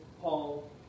Paul